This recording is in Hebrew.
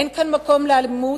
אין כאן מקום לאלימות,